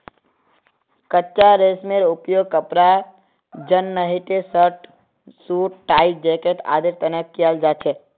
कच्चा रेशमेर उपयोग कपड़ा जंनहे शर्ट, सूट, टाई, जैकेट आदिर तने कियाल जा छे